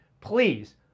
please